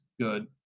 good